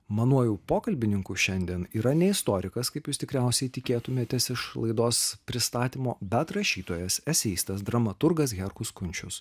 manuoju pokalbininkų šiandien yra ne istorikas kaip jūs tikriausiai tikėtumėtės iš laidos pristatymo bet rašytojas eseistas dramaturgas herkus kunčius